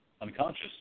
unconscious